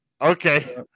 Okay